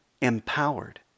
empowered